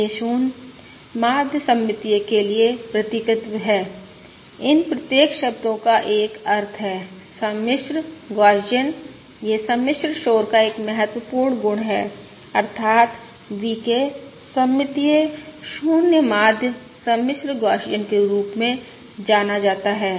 यह 0 माध्य सममितीय के लिए प्रतीकत्व है इन प्रत्येक शब्दों का एक अर्थ है सम्मिश्र गौसियन यह सम्मिश्र शोर का एक महत्वपूर्ण गुण है अर्थात VK सममितीय 0 माध्य सम्मिश्र गौसियन के रूप में जाना जाता है